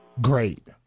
Great